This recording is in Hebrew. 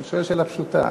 אני שואל שאלה פשוטה.